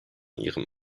ihrem